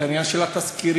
את העניין של התסקירים,